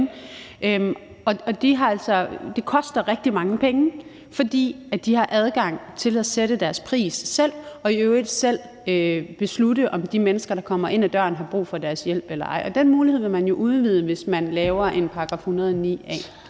Det koster rigtig mange penge, fordi de har adgang til at sætte deres pris selv og i øvrigt selv beslutte, om de mennesker, der kommer ind ad døren, har brug for deres hjælp eller ej. Den mulighed vil man jo udvide, hvis man laver en § 109 A.